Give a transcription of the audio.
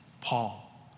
Paul